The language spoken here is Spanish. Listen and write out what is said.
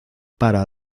para